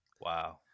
Wow